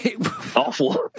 awful